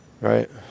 Right